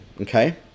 Okay